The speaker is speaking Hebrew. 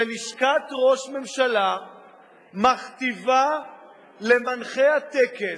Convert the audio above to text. שלשכת ראש ממשלה מכתיבה למנחי הטקס,